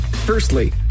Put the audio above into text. Firstly